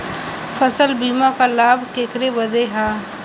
फसल बीमा क लाभ केकरे बदे ह?